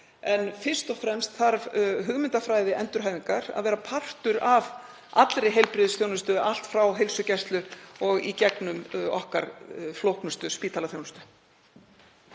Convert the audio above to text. en fyrst og fremst þarf hugmyndafræði endurhæfingar að vera partur af allri heilbrigðisþjónustu, allt frá heilsugæslu og í gegnum okkar flóknustu spítalaþjónustu.